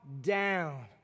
down